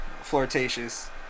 flirtatious